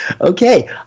okay